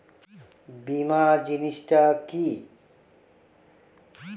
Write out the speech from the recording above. বীমা জিনিস টা কি?